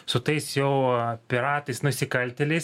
su tais jau piratais nusikaltėliais